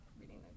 reading